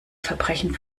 verbrechen